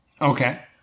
Okay